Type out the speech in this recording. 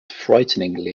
frighteningly